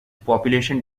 population